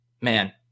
Man